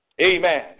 Amen